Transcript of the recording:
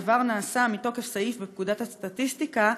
הדבר נעשה מתוקף סעיף בפקודת הסטטיסטיקה,